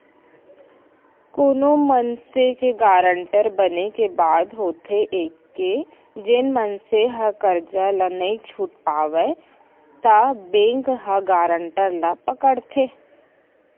कोनो मनसे के गारंटर बने के बाद होथे ये के जेन मनसे ह करजा ल नइ छूट पावय त बेंक ह गारंटर ल पकड़थे